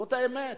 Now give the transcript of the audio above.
זאת האמת.